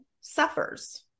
suffers